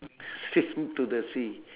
straight into the sea